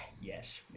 yes